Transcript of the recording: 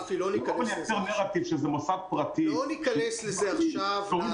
רפי, לא ניכנס לזה עכשיו.